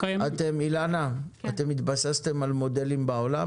אילנה, התבססתם על מודלים בעולם?